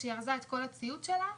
שהיא ארזה את כל הציוד שלה,